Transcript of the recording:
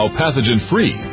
pathogen-free